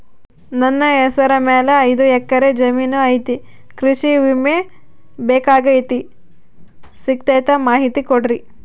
ನನ್ನ ಹೆಸರ ಮ್ಯಾಲೆ ಐದು ಎಕರೆ ಜಮೇನು ಐತಿ ಕೃಷಿ ವಿಮೆ ಬೇಕಾಗೈತಿ ಸಿಗ್ತೈತಾ ಮಾಹಿತಿ ಕೊಡ್ರಿ?